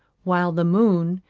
while the moon,